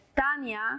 Tanya